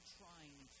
trying